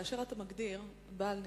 כאשר אתה מגדיר "בעל ניסיון",